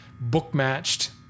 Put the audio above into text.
book-matched